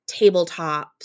tabletops